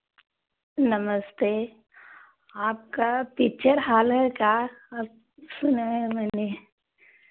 नमस्ते आपका picture hall का सुना है मैंने